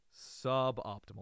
suboptimal